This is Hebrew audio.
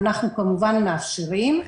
אנחנו כמובן מאפשרים.